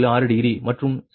6 degree மற்றும் 67